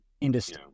industry